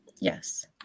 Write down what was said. Yes